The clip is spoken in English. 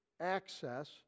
access